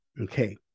Okay